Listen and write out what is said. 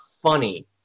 funny